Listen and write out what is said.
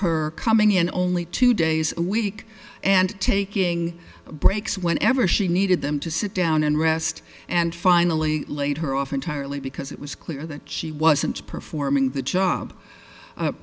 her coming in only two days a week and taking breaks whenever she needed them to sit down and rest and finally laid her off entirely because it was clear that she wasn't performing the job